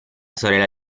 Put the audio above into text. sorella